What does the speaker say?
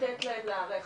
לתת להם להיערך.